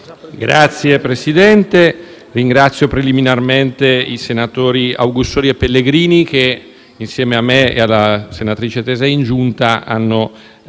insieme a me e alla senatrice Tesei, in Giunta hanno approfondito la vicenda, studiando nel dettaglio le carte che vengono portate oggi in Aula.